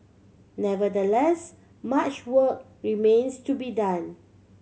nevertheless much work remains to be done